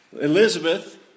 Elizabeth